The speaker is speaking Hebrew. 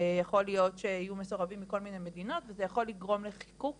יכול להיות שיהיו מסורבים מכל מיני מדינות וזה יכול לגרום לחיכוך